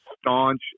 staunch